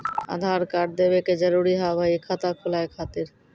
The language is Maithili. आधार कार्ड देवे के जरूरी हाव हई खाता खुलाए खातिर?